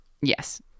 yes